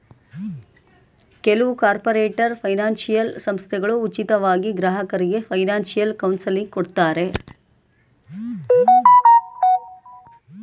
ಕೆಲವು corporator financial ಸಂಸ್ಥೆಗಳು ಉಚಿತವಾಗಿ ಗ್ರಾಹಕರಿಗೆ ಫೈನಾನ್ಸಿಯಲ್ ಕೌನ್ಸಿಲಿಂಗ್ ಕೊಡ್ತಾರೆ